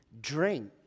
drink